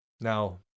Now